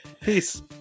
Peace